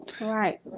right